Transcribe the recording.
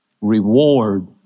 reward